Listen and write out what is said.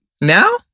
Now